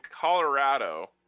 Colorado